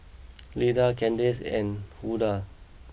Lida Candace and Hulda